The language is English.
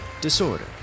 Disorder